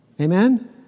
Amen